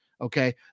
Okay